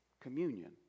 Communion